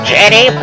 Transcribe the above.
Jenny